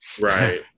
right